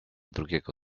drugiego